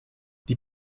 die